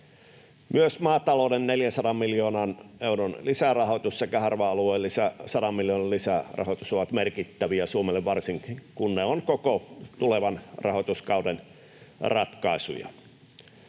Myös maatalouden 400 miljoonan euron lisärahoitus sekä harva-alueiden 100 miljoonan lisärahoitus ovat merkittäviä Suomelle, varsinkin kun ne ovat koko tulevan rahoituskauden ratkaisuja.